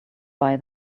buy